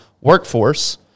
workforce